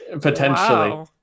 potentially